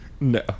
No